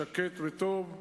שקט וטוב,